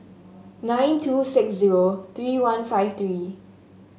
nine two six zero three one five three